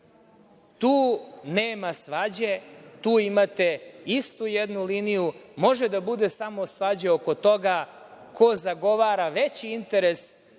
tu nema svađe, tu imate istu jednu liniju. Može da bude samo svađa oko toga ko zagovara veći interes